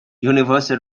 universal